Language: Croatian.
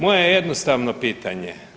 Moje je jednostavno pitanje.